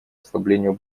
ослаблению